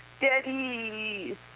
daddy